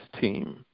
team